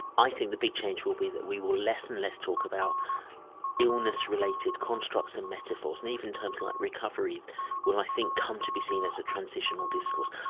i think the big change will be that we will less and less talk about illness related constructs and metaphors, and even terms like recovery will i think come to be seen as a transitional discourse.